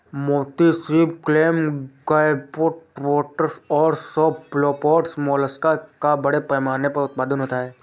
मोती सीप, clam, gastropods और सेफलोपोड्स मोलस्क का बड़े पैमाने पर उत्पादन होता है